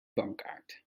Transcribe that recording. bankkaart